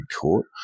Court